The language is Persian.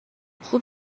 خوب